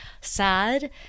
sad